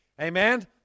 Amen